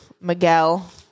Miguel